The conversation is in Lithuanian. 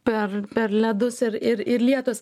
per per ledus ir ir ir lietus